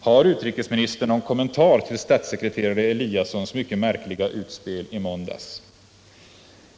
Har utrikesministern någon kommentar till statssekreterare Eliassons mycket märkliga utspel i måndags?